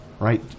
Right